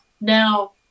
now